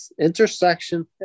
intersection